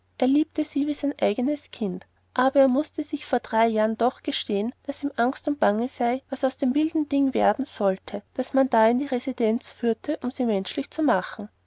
er liebte sie wie sein eigenes kind aber er mußte sich vor drei jahren doch gestehen daß ihm angst und bange sei was aus dem wilden ding werden solle das man da in die residenz führe um sie menschlich zu machen